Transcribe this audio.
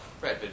Right